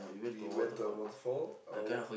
we went to our waterfall uh walk